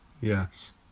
Yes